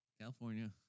California